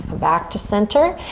back to center,